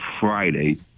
Friday